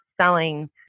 selling